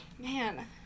Man